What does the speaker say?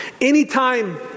Anytime